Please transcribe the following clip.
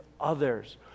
others